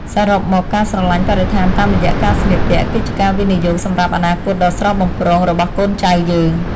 សរុបមក ការស្រឡាញ់បរិស្ថានតាមរយៈការស្លៀកពាក់ គឺជាការវិនិយោគសម្រាប់អនាគតដ៏ស្រស់បំព្រងរបស់កូនចៅយើង។